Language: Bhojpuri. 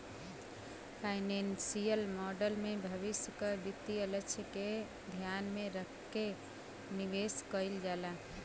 फाइनेंसियल मॉडल में भविष्य क वित्तीय लक्ष्य के ध्यान में रखके निवेश कइल जाला